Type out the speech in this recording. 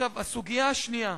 הסוגיה השנייה,